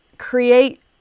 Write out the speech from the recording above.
create